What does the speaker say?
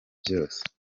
byose